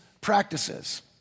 practices